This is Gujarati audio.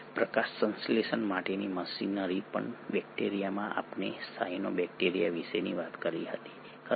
પ્રકાશસંશ્લેષણ માટેની મશીનરી પણ બેક્ટેરિયામાં આપણે સાયનોબેક્ટેરિયા વિશે વાત કરી હતી ખરું ને